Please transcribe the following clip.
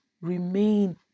remain